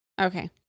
Okay